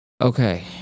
Okay